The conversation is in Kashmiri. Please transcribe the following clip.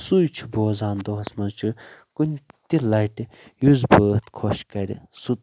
سُے چھُ بوزان دۄہس منٛز چھِ کُنہِ تہِ لٹہِ یُس بٲتھ خۄش کَرِ سُہ